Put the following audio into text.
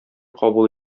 кабул